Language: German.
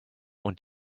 und